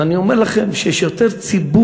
אז אני אומר לכם שהיום יש יותר ציבור